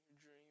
dream